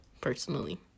personally